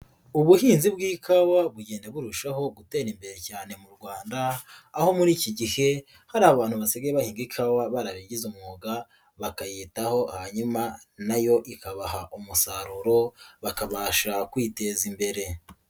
Ubuhinzi bw'ikawa bugenda burushaho gutera imbere cyane mu Rwanda, aho muri iki gihe hari abantu basigaye bahinga ikawa barabigize umwuga bakayitaho hanyuma nayo ikabaha umusaruro bakabasha kwiteza imbere.